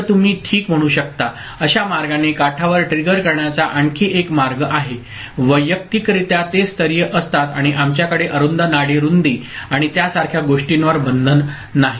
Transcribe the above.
तर तुम्ही ठीक म्हणू शकता अशा मार्गाने काठावर ट्रिगर करण्याचा आणखी एक मार्ग आहे वैयक्तिकरित्या ते स्तरीय असतात आणि आमच्याकडे अरुंद नाडी रुंदी आणि त्यासारख्या गोष्टींवर बंधन नाही